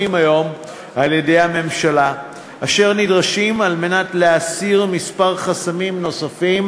היום על-ידי הממשלה ואשר נדרשים כדי להסיר כמה חסמים נוספים